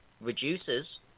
reduces